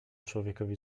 człowiekowi